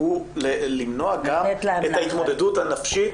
הוא למנוע את ההתמודדות הנפשית,